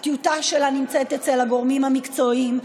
הטיוטה שלה נמצאת אצל הגורמים המקצועיים.